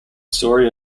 story